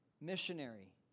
missionary